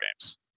games